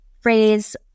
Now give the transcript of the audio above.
phrase